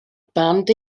band